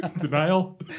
Denial